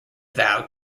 vow